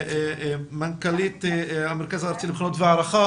ולמנכ"לית המרכז הארצי לבחינות והערכה.